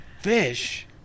Fish